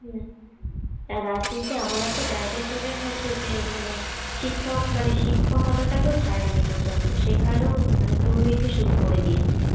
হ্যাঁ আর রাজনীতি এমন একটা জায়গায় চলে গেছে যে মানে শিক্ষক মানে শিক্ষকতাটাকেও ছাড়ে নি পর্যন্ত সেখানেও মানে দুর্নীতি শুরু করে দিয়েছে